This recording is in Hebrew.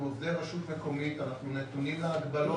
אנחנו עובדי רשות מקומית, אנחנו נתונים להגבלות.